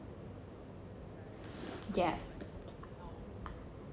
ya